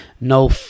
No